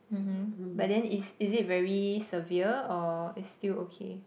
mmhmm but then is is it very severe or it's still okay